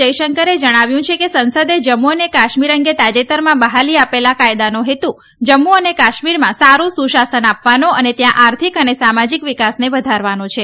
જયશંકરે જણાવ્યું છે કે સંસદે જમ્મુ અને કાશ્મીર અંગે તાજેતરમાં બહાલી આપેલા કાયદાનો હેતુ જમ્મુ અને કાશ્મીરમાં સારૂં સુશાસન આપવાનો અને ત્યાં આર્થિક અને સામાજિક વિકાસને વધારવાનો છે